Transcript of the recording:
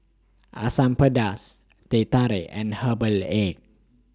Asam Pedas Teh Tarik and Herbal Egg